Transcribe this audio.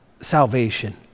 salvation